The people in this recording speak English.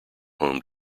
home